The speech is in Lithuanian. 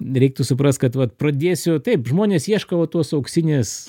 reiktų suprast kad vat pradėsiu taip žmonės ieško va tos auksinės